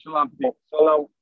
Shalom